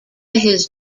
his